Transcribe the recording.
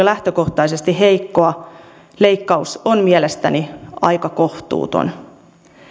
lähtökohtaisesti heikkoa leikkaus on mielestäni aika kohtuuton